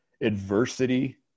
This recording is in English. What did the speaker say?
adversity